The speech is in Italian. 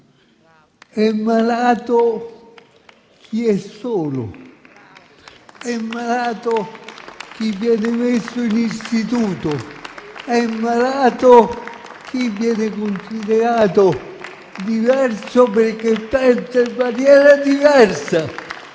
È malato chi è solo; è malato chi viene messo in istituto; è malato chi viene considerato diverso, perché pensa in maniera diversa.